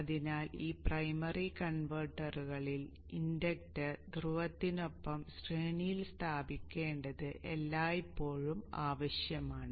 അതിനാൽ ഈ പ്രൈമറി കൺവെർട്ടറുകളിൽ ഇൻഡക്റ്റർ ധ്രുവത്തിനൊപ്പം ശ്രേണിയിൽ സ്ഥാപിക്കേണ്ടത് എല്ലായ്പ്പോഴും ആവശ്യമാണ്